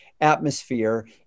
atmosphere